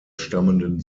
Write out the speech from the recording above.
stammenden